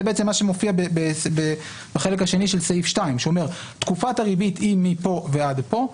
זה מה שמופיע בחלק השני של סעיף 2 שאומר: תקופת הריבית היא מפה ועד פה,